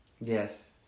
Yes